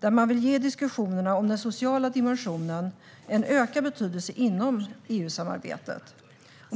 där man vill ge diskussionerna om den sociala dimensionen ökad betydelse inom EU-samarbetet.